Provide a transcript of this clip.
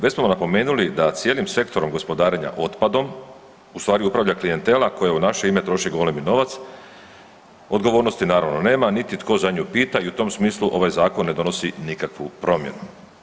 Već smo napomenuli da cijelim sektorom gospodarenja otpadom u stvari upravlja klijentela koja u naše ime troši golemi novac, odgovornosti naravno nema, niti tko za nju pita i u tom smislu ovaj zakon ne donosi nikakvu promjenu.